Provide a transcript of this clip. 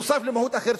נוסף על מהות אחרת,